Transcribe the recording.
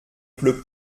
pleut